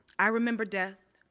i remember death.